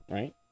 Right